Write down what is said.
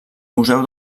museu